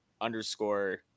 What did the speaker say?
underscore